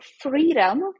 freedom